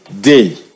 day